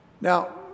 Now